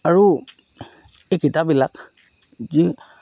আৰু এই কিতাপবিলাক যি